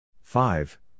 Five